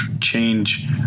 change